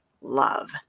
love